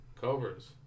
Cobras